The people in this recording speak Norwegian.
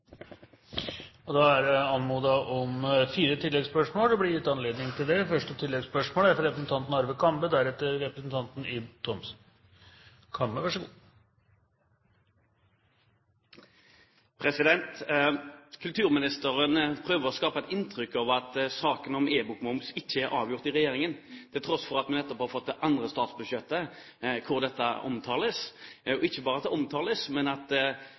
Det blir gitt anledning til fire oppfølgingsspørsmål – først Arve Kambe. Kulturministeren prøver å skape et inntrykk av at saken om moms på e-bøker ikke er avgjort i regjeringen, til tross for at vi nettopp har fått det andre statsbudsjettet hvor dette omtales. Og ikke bare omtales det, men